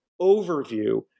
overview